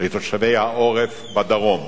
לתושבי העורף בדרום,